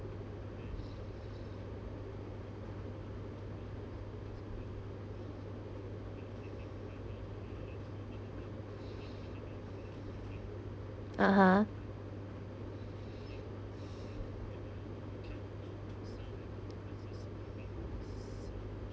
(uh huh)